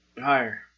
Higher